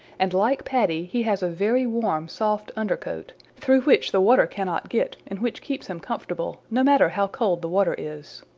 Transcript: and like paddy he has a very warm soft under coat, through which the water cannot get and which keeps him comfortable, no matter how cold the water is.